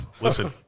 Listen